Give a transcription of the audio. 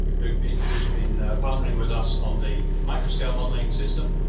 who's been who's been partnering with us on the microscale modeling system.